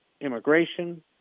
immigration